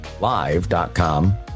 live.com